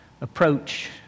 approach